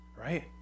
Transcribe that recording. right